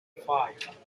five